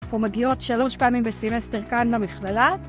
אנחנו מגיעות שלוש פעמים בסימסטר כאן במכללה.